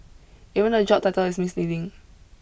even the job title is misleading